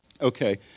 Okay